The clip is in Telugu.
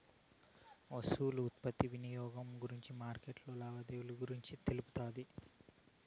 వస్తువుల ఉత్పత్తి వినియోగం గురించి మార్కెట్లో లావాదేవీలు గురించి తెలుపుతాది